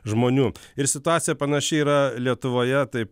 žmonių ir situacija panaši yra lietuvoje tai